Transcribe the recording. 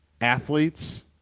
athletes